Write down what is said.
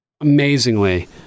Amazingly